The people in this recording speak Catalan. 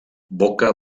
boca